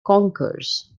conkers